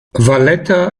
valletta